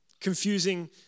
Confusing